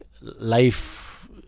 life